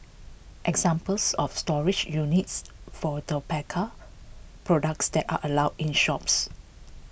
examples of storage units for tobacco products that are allowed in shops